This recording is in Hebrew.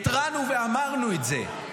התרענו ואמרנו את זה,